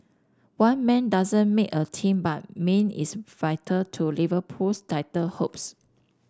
one man doesn't make a team but Mane is vital to Liverpool's title hopes